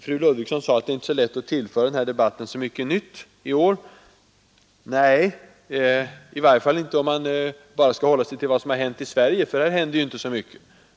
Fru Ludvigsson sade att det inte är lätt att tillföra den här debatten så mycket nytt i år. Nej, i varje fall inte om man bara skall hålla sig till vad som hänt i Sverige, för här händer det inte så mycket.